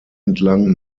entlang